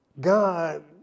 God